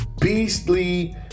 beastly